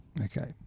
Okay